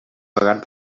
pagant